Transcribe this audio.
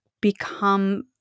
become